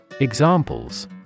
Examples